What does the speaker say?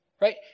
Right